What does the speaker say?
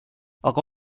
aga